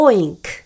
Oink